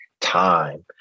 time